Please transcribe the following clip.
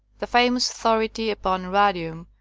the famous authority upon radimn,